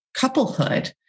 couplehood